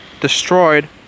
destroyed